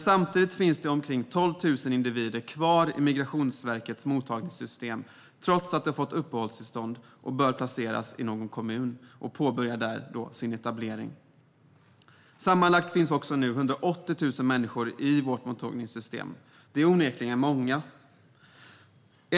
Samtidigt finns omkring 12 000 individer kvar i Migrationsverkets mottagningssystem trots att de fått uppehållstillstånd och bör placeras i någon kommun där de kan påbörja sin etablering. Sammanlagt finns nu 180 000 människor i vårt mottagningssystem. Det är onekligen många.